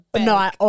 No